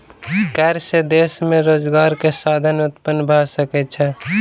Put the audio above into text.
कर से देश में रोजगार के साधन उत्पन्न भ सकै छै